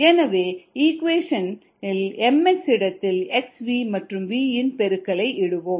எனவே இக்வேஷனில் mx இடத்தில் xv மற்றும் V இன் பெருக்கல் இடுவோம்